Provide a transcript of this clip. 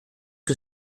que